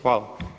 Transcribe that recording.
Hvala.